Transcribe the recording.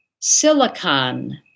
silicon